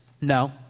no